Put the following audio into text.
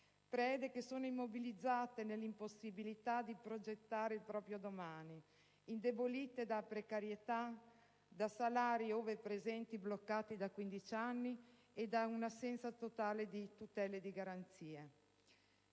precedenti, immobilizzate nell'impossibilità di progettare il proprio domani, indebolite dalla precarietà, da salari - ove presenti - bloccati da quindici anni e dall'assenza totale di tutele e di garanzie.